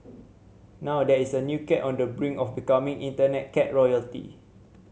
now there is a new cat on the brink of becoming Internet cat royalty